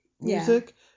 music